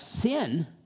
sin